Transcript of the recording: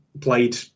played